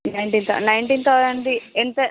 nineteen nineteen థౌజండ్ది ఎంత